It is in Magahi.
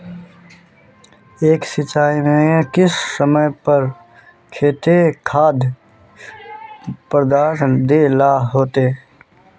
एक सिंचाई में किस समय पर केते खाद पदार्थ दे ला होते?